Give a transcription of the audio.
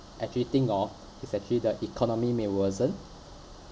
actually think of is actually the economy may worsen